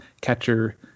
catcher